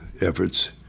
efforts